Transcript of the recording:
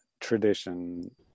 tradition